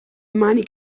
mani